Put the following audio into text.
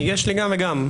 יש לי גם וגם.